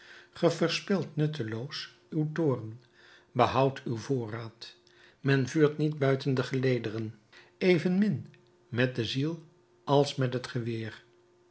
ge verspilt nutteloos uw toorn behoud uw voorraad men vuurt niet buiten de gelederen evenmin met de ziel als met het geweer